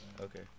Okay